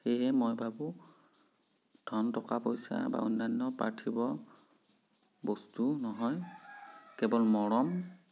সেয়েহে মই ভাবো ধন টকা পইচা বা অন্যান্য পাৰ্থিৱ বস্তু নহয় কেৱল মৰম